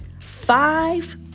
five